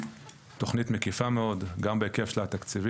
תכנית מקיפה מאוד גם בהיקף התקציבי,